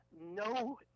no